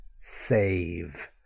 save